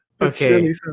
Okay